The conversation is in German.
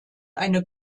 eine